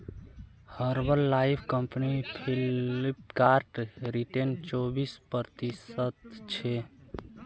herbal life company Flipkart return चोबीस प्रतिशतछे